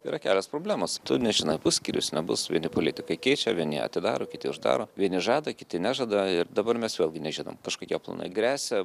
yra kelios problemos tu nežinai bus skyrius nebus vieni politikai keičia vieni atidaro kiti uždaro vieni žada kiti nežada ir dabar mes vėlgi nežinom kažkokie planai gresia